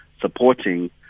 supporting